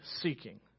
seeking